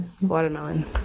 watermelon